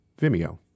Vimeo